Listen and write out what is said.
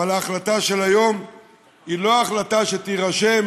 אבל ההחלטה של היום היא לא החלטה שתירשם